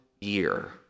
year